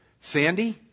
Sandy